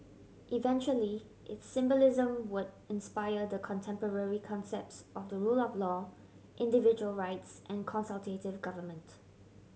eventually its symbolism would inspire the contemporary concepts of the rule of law individual rights and consultative government